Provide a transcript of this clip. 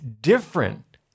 different